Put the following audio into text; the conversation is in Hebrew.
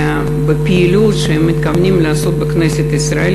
בפעילות שהם מתכוונים לעשות בכנסת ישראל,